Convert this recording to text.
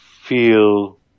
feel